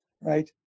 right